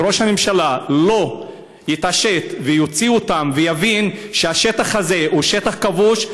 אם ראש הממשלה לא יתעשת ויוציא אותם ויבין שהשטח הזה הוא שטח כבוש,